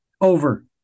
over